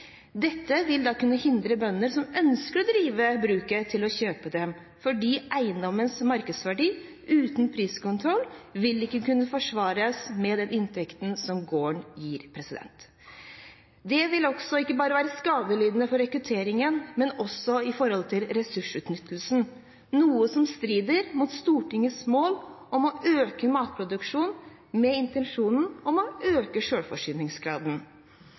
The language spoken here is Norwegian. Dette vil da kunne hindre bønder, som ønsker å drive brukene, fra å kjøpe dem fordi eiendommenes markedsverdi uten priskontroll ikke vil kunne forsvares med de inntektene gårdene gir. Det vil være til skade ikke bare for rekrutteringen, men også for ressursutnyttelsen, noe som strider mot Stortingets mål om å øke matproduksjonen med intensjonen om å øke